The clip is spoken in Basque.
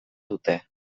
dute